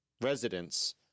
residents